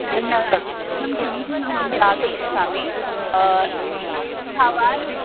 न एकं सजेशन् अहं दातुमिच्छामि कदा भावान्